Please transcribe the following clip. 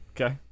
Okay